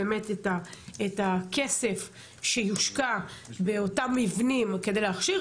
באמת את הכסף שיושקע באותם מבנים כדי להכשיר,